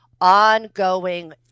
ongoing